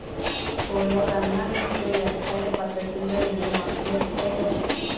పూర్వకన్నా ఇప్పుడు వ్యవసాయ పద్ధతుల్లో ఎన్ని మార్పులొచ్చాయో